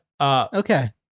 okay